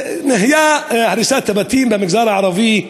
הריסת הבתים במגזר הערבי,